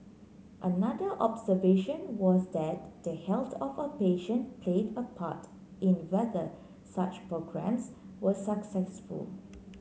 another observation was that the health of a patient played a part in whether such programmes were successful